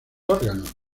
órganos